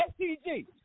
STG